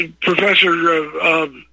Professor